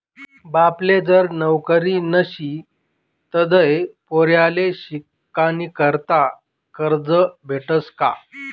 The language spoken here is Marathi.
बापले जर नवकरी नशी तधय पोर्याले शिकानीकरता करजं भेटस का?